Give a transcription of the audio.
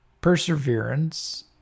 perseverance